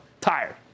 Tired